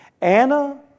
Anna